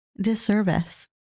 disservice